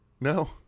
No